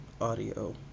audio